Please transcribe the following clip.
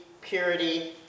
purity